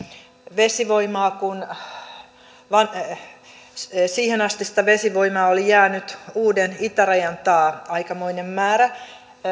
vesivoimaa kun siihenastista vesivoimaa oli jäänyt uuden itärajan taa aikamoinen määrä